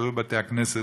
הסתובבו בבתי-הכנסת.